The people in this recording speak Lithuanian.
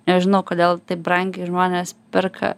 nežinau kodėl taip brangiai žmonės perka